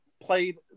played